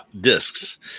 discs